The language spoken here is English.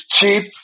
cheap